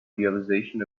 realization